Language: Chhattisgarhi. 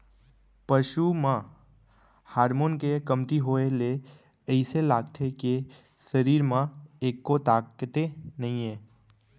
पसू म हारमोन के कमती होए ले अइसे लागथे के सरीर म एक्को ताकते नइये